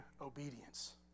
obedience